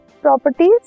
properties